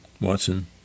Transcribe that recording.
Watson